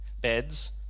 beds